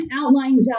outline